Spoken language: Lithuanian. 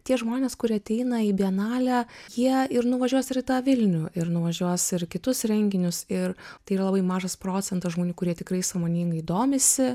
tie žmonės kurie ateina į bienalę jie ir nuvažiuos ir į tąvilnių ir nuvažiuos ir į kitus renginius ir tai yra labai mažas procentas žmonių kurie tikrai sąmoningai domisi